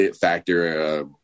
factor –